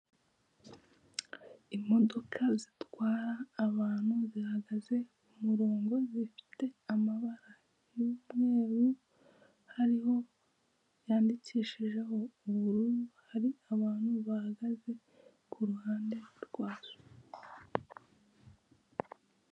Imodoka zitwara abantu zihagaze ku murongo zifite amabara y'umweru hariho n'ayandikishijeho ubururu hari abantu bahagaze ku ruhande rwazo.